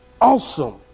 awesome